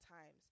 times